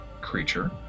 creature